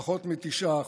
פחות מ-9%.